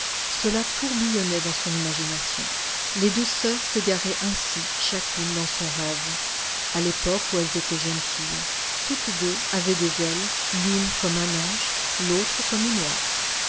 cela tourbillonnait dans son imagination les deux soeurs s'égaraient ainsi chacune dans son rêve à l'époque où elles étaient jeunes filles toutes deux avaient des ailes l'une comme un ange l'autre comme une oie